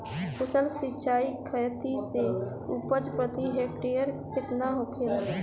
कुशल सिंचाई खेती से उपज प्रति हेक्टेयर केतना होखेला?